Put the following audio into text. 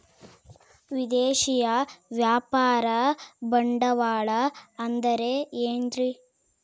ವಿದೇಶಿಯ ವ್ಯಾಪಾರ ಬಂಡವಾಳ ಅಂದರೆ ಏನ್ರಿ?